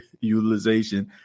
utilization